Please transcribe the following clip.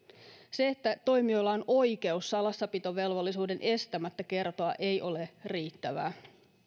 se että toimijoilla on oikeus salassapitovelvollisuuden estämättä kertoa ei ole riittävää